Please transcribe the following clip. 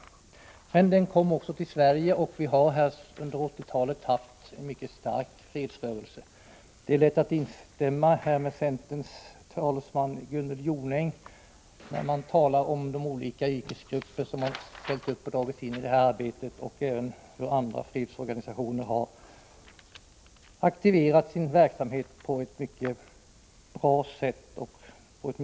Men den kom också till Sverige, och vi har under 1980-talet haft en mycket stark fredsrörelse. Det är lätt att instämma med centerns talesman Gunnel Jonäng beträffande de olika yrkesgrupper som ställt upp och dragits in i arbetet och beträffande hur andra fredsorganisationer aktiverat sin verksamhet på ett mycket positivt sätt.